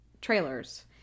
trailers